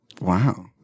Wow